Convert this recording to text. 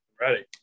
Ready